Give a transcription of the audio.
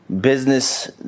business